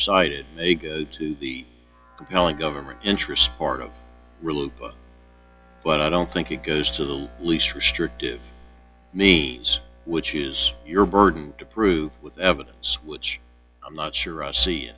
recited they go to the compelling government interest part of really but i don't think it goes to the least restrictive means which is your burden to prove with evidence which i'm not sure i see